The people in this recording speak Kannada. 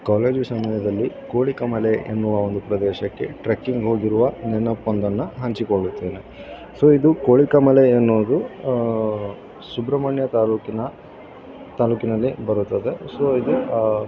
ಕಾಲೇಜು ಸಮಯದಲ್ಲಿ ಕೋಳಿಕಮಲೆ ಎನ್ನುವ ಒಂದು ಪ್ರದೇಶಕ್ಕೆ ಟ್ರಕ್ಕಿಂಗ್ ಹೋಗಿರುವ ನೆನಪೊಂದನ್ನು ಹಂಚಿಕೊಳ್ಳುತ್ತೇನೆ ಸೊ ಇದು ಕೋಳಿಕಮಲೆ ಎನ್ನೋದು ಸುಬ್ರಮಣ್ಯ ತಾಲೂಕಿನ ತಾಲೂಕಿನಲ್ಲಿ ಬರುತ್ತದೆ ಸೊ ಇದು